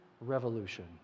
revolution